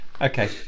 Okay